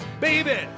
Baby